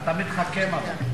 אתה מתחכם אבל.